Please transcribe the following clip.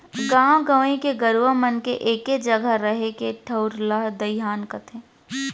गॉंव गंवई के गरूवा मन के एके जघा रहें के ठउर ला दइहान कथें